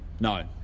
No